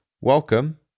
Welcome